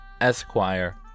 Esquire